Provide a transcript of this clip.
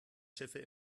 schiffe